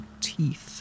teeth